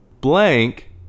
Blank